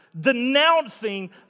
denouncing